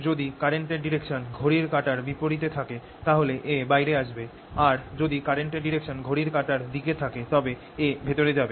যদি কারেন্ট এর ডাইরেকশন ঘড়ির কাঁটার বিপরীত এ থাকে তাহলে A বাইরে আসবে আর যদি কারেন্ট এর ডাইরেকশন ঘড়ির কাঁটার দিক এ থাকে তবে A ভেতরে যাবে